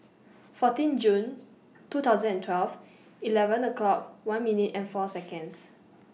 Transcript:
fourteen June two thousand and twelve eleven o'clock one minute and four Seconds